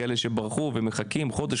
כאלה שברחו ומחכים חודש,